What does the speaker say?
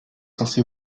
censé